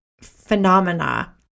phenomena